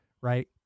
right